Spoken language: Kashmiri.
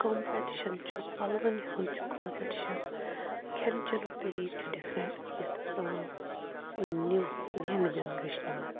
کَمپِٹشَن چھُ پَلوَن ہُنٛد چھُ کَمپِٹشَن کھؠن چؠنُک طریٖقہٕ چھُ ڈِفرَنٛٹ یتھ نِیوِ یَنٛگ جَنٛریشنہِ منٛز